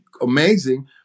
amazing